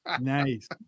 Nice